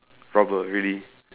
robber really